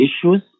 issues